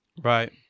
Right